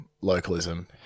localism